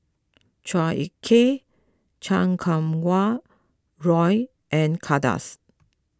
Chua Ek Kay Chan Kum Wah Roy and Kay Das